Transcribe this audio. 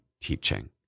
teaching